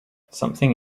something